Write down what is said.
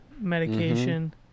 medication